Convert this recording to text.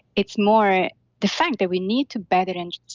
it's more the fact that we need to better and